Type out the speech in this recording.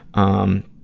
um,